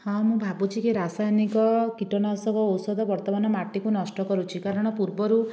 ହଁ ମୁଁ ଭାବୁଛି କି ରାସାୟନିକ କୀଟନାଶକ ଔଷଧ ବର୍ତ୍ତମାନ ମାଟିକୁ ନଷ୍ଟ କରୁଛି କାରଣ ପୂର୍ବରୁ